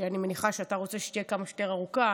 שאני מניחה שאתה רוצה שהיא תהיה כמה שיותר ארוכה,